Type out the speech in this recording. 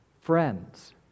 friends